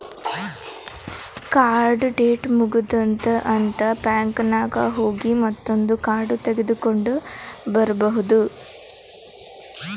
ಕಾರ್ಡ್ದು ಡೇಟ್ ಮುಗದೂದ್ ಅಂತ್ ಬ್ಯಾಂಕ್ ನಾಗ್ ಹೋಗಿ ಮತ್ತೊಂದ್ ಕಾರ್ಡ್ ತಗೊಂಡ್ ಬರ್ಬಹುದ್